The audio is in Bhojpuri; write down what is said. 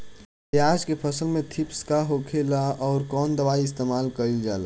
प्याज के फसल में थ्रिप्स का होखेला और कउन दवाई इस्तेमाल कईल जाला?